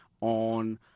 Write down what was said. on